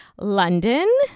London